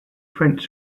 french